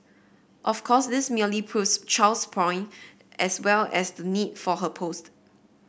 of course this merely proves Chow's point as well as the need for her post